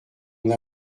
n’a